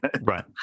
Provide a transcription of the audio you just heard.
Right